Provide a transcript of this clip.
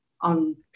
on